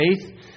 faith